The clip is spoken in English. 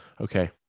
Okay